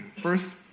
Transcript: first